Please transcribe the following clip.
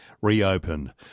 reopened